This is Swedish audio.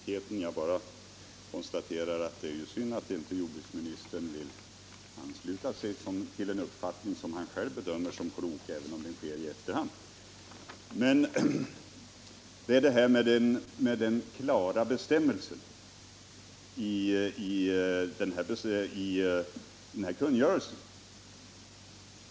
Herr talman! Jag skall inte fortsätta diskussionen om efterklokheten. Jag bara konstaterar att det är synd att jordbruksministern inte vill ansluta sig till den uppfattning som han själv bedömer som klok, även om det 13 sker i efterhand. Men det gäller detta med den klara bestämmelsen i kungörelsen.